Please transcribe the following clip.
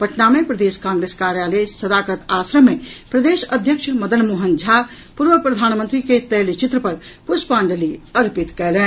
पटना मे प्रदेश कांग्रेस कार्यालय सदाकत आश्रम मे प्रदेश अध्यक्ष मदन मोहन झा पूर्व प्रधानमंत्री के तैलचित्र पर पुष्पांजलि अर्पित कयलनि